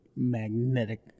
Magnetic